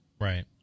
Right